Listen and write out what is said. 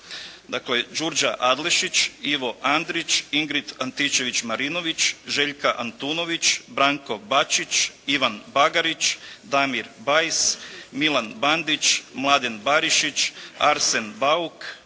Dakle, Đurđa Adlešić, Ivo Andrić, Ingrid Antičević Marinović, Željka Antunović, Branko Bačić, Ivan Bagarić, Damir Bajs, Milan Bandić, Mladen Barišić, Arsen Bauk,